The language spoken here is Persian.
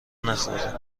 نخوردیم